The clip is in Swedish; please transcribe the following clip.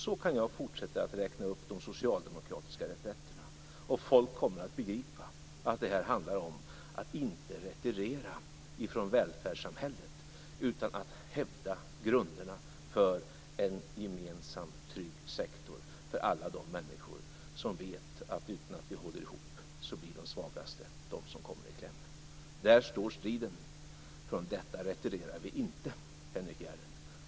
Så kan jag fortsätta att räkna upp de socialdemokratiska reträtterna, och folk kommer att begripa att det handlar om att inte retirera från välfärdssamhället utan att hävda grunderna för en gemensam trygg sektor för alla de människor som vet att om vi inte håller ihop blir det de svagaste som kommer i kläm. Där står striden. Från detta retirerar vi inte, Henrik Järrel.